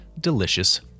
delicious